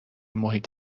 محیط